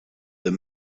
the